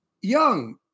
Young